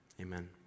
Amen